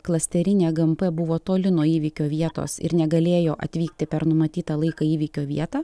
klasterinė gmp buvo toli nuo įvykio vietos ir negalėjo atvykti per numatytą laiką į įvykio vietą